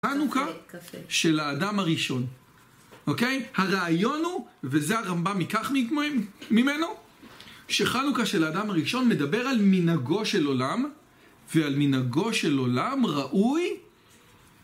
חנוכה של האדם הראשון אוקיי הרעיון הוא וזה הרמב״ם ייקח ממנו שחנוכה של האדם הראשון מדבר על מנהגו של עולם ועל מנהגו של עולם ראוי